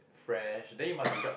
fresh then you must be quite